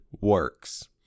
works